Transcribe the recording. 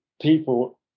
people